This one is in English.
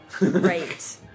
Right